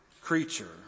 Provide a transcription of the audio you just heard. creature